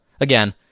again